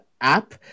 app